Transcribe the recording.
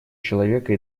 человека